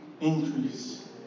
increase